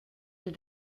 les